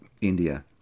india